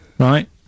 Right